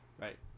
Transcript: right